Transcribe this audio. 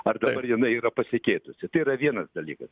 ar dabar jinai yra pasikeitusi tai yra vienas dalykas